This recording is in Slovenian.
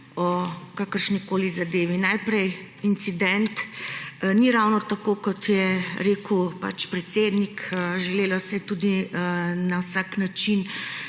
o kakršnikoli zadevi. Najprej incident. Ni ravno tako, kot je rekel predsednik. Želelo se je tudi na vsak način